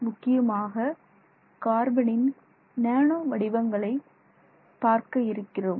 முக்கியமாக கார்பனின் நானோ வடிவங்களை குறிப்பாக பார்க்க இருக்கிறோம்